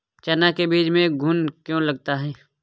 चना के बीज में घुन क्यो लगता है?